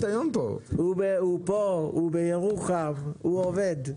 מקלב הוא פה, הוא בירוחם, הוא עובד.